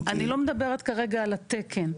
אני לא מדברת כרגע על התקן.